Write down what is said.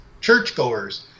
churchgoers